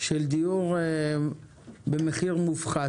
של דיור במחיר מופחת.